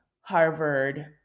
Harvard